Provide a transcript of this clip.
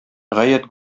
гаять